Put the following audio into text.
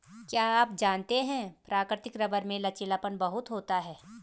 क्या आप जानते है प्राकृतिक रबर में लचीलापन बहुत होता है?